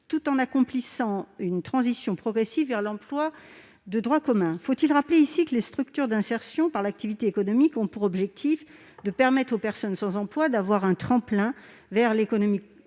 tout en accomplissant une transition progressive vers l'emploi de droit commun. Faut-il rappeler ici que les structures d'insertion par l'activité économique ont pour objectif d'offrir aux personnes sans emploi un tremplin vers l'économie classique